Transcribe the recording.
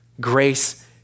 grace